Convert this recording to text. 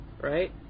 Right